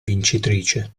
vincitrice